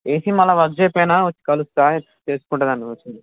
AC మళ్ళా work చేయకపోయిన వచ్చి కలుస్తాను వచ్చి చేసుకుంటాను అందుకు వచ్చాను